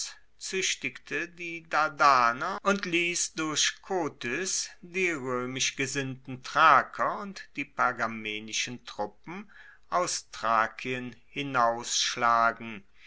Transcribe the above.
die dardaner und liess durch kotys die roemisch gesinnten thraker und die pergamenischen truppen aus thrakien